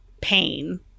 pain